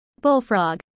Bullfrog